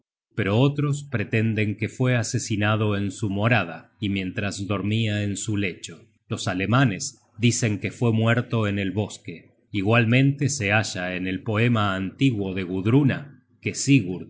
pero otros pretenden que fue asesinado en su morada y mientras dormia en su lecho los alemanes dicen que fue muerto en el bosque igualmente se halla en el poema antiguo de gudruna que sigurd